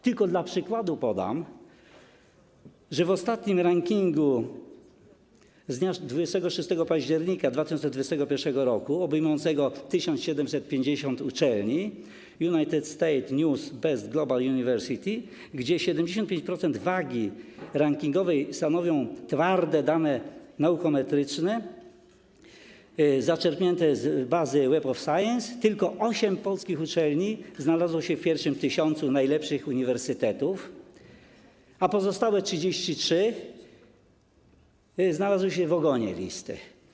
Tylko dla przykładu podam, że w ostatnim rankingu z dnia 26 października 2021 r. obejmującego 1750 uczelni United States News and World Best Global Universities, gdzie 75% wagi rankingowej stanowią twarde dane naukometryczne zaczerpnięte z bazy Web of Science, tylko osiem polskich uczelni znalazło się w pierwszym tysiącu najlepszych uniwersytetów, a pozostałe 33 znalazły się w ogonie listy.